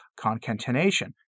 concatenation